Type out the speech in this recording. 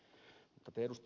mutta te ed